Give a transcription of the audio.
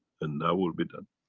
and now will be done